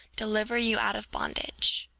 deliver you out of bondage.